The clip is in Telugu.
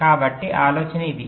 కాబట్టి ఆలోచన ఇది